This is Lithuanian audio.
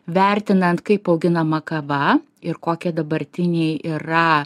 vertinant kaip auginama kava ir kokie dabartiniai yra